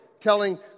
telling